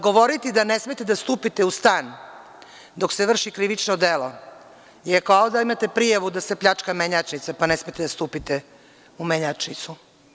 Govoriti da ne smete da stupite u stan dok se vrši krivično delo i ako ovde imate prijavu da se pljačka menjačnica, pa ne smete da stupite u menjačnicu.